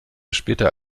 später